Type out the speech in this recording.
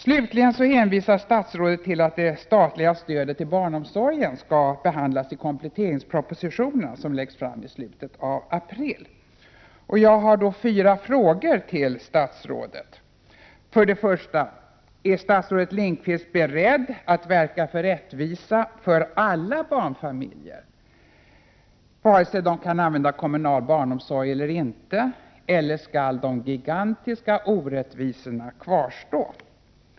Statsrådet hänvisar slutligen till att det statliga stödet till barnomsorgen skall behandlas i kompletteringspropositionen som läggs fram i slutet av april. Jag har fyra frågor till statsrådet. 1. Är statsrådet Lindqvist beredd att verka för rättvisa för alla barnfamiljer, vare sig de kan använda kommunal barnomsorg eller inte, eller skall de gigantiska orättvisorna kvarstå?